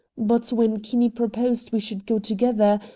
but when kinney proposed we should go together,